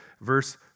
verse